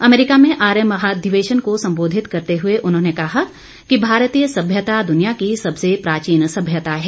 America में आर्य महाधिवेशन को संबोधित करते हुए उन्होने कहा कि भारतीय सभ्यता दुनिया की सबसे प्राचीन सभ्यता है